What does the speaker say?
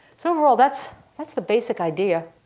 so overall that's that's the basic idea.